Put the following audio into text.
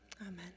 amen